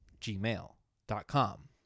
gmail.com